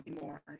more